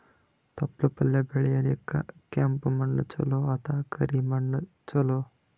ತೊಪ್ಲಪಲ್ಯ ಬೆಳೆಯಲಿಕ ಕೆಂಪು ಮಣ್ಣು ಚಲೋ ಅಥವ ಕರಿ ಮಣ್ಣು ಚಲೋ?